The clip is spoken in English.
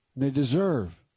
they deserve,